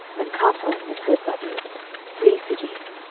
and kartan with her suburbs three cities.